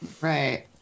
Right